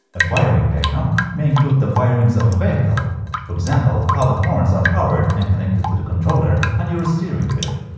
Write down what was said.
a wiring diagram may include the wirings of a vehicle for example, how the horns are powered and connected to the controller on your steering wheel